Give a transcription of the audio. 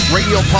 Radio